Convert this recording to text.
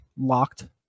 locked